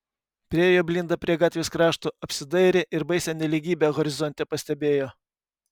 priėjo blinda prie gatvės krašto apsidairė ir baisią nelygybę horizonte pastebėjo